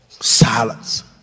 silence